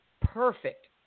perfect